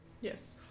Yes